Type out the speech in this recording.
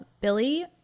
billy